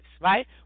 right